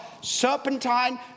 serpentine